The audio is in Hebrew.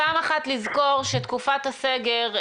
פעם אחת לזכור שתקופת הסגר,